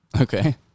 Okay